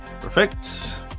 Perfect